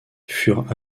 furent